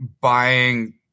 buying